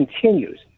continues